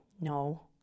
No